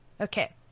Okay